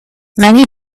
many